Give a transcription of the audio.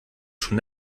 schon